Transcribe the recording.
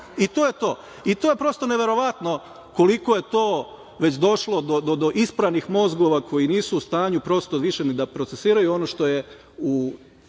I, to je to. To je prosto neverovatno koliko je to već došlo do ispranih mozgova koji nisu u stanju prosto više ni da procesuiraju ono što se u